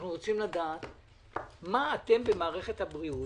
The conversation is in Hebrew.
אנחנו רוצים לדעת מה אתם במערכת הבריאות